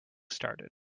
started